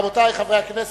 רבותי חברי הכנסת,